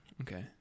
Okay